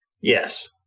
Yes